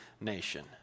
nation